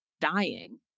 dying